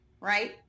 right